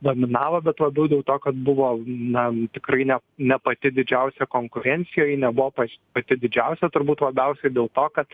dominavo bet labiau dėl to kad buvo na tikrai ne ne pati didžiausia konkurencija ji nebuvo pas pati didžiausia turbūt labiausiai dėl to kad